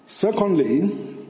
Secondly